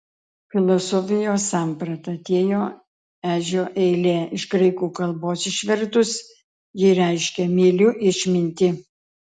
filosofijos samprata atėjo ežio eilė iš graikų kalbos išvertus ji reiškia myliu išmintį